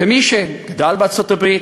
כמי שגדל בארצות-הברית,